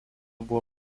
buvo